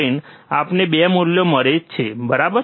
3 આપણને 2 મૂલ્યો મળે છે બરાબર